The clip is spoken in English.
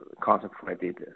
concentrated